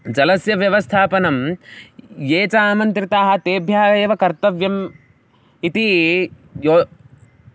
जलस्य व्यवस्थापनं ये च आमन्त्रिताः तेभ्यः एव कर्तव्यम् इति यो